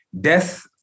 death